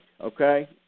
okay